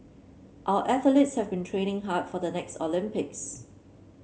our athletes have been training hard for the next Olympics